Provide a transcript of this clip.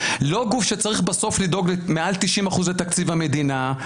לא גוף שבסוף צריך לדאוג למעל מ-90 אחוזים מתקציב המדינה,